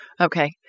Okay